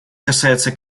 касается